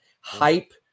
hype